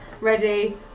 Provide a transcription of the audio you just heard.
ready